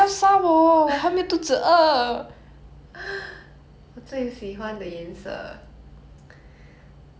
I mean 有时候是蓝色有时候是浅粉红色